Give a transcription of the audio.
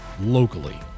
locally